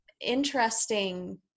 interesting